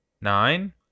Nine